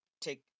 take